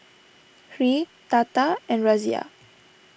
Hri Tata and Razia